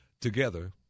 Together